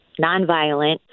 nonviolent